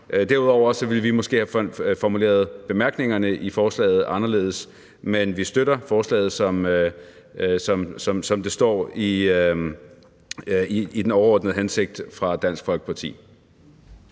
Derudover ville vi måske have formuleret bemærkningerne i forslaget anderledes, men vi støtter forslaget, som det står med den overordnede hensigt fra Dansk Folkeparti.